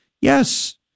Yes